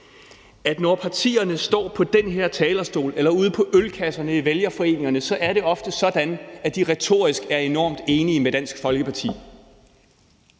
at når partierne står på den her talerstol eller ude på ølkasserne i vælgerforeningerne, så er det ofte sådan, at de retorisk er enormt enige med Dansk Folkeparti,